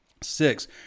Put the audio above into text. Six